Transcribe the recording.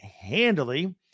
handily